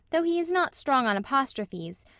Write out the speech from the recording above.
though he is not strong on apostrophes,